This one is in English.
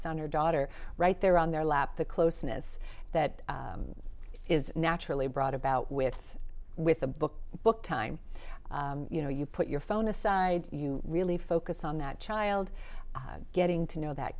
son or daughter right there on their lap the closeness that is naturally brought about with with a book book time you know you put your phone aside you really focus on that child getting to know that